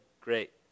great